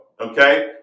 Okay